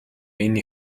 энэ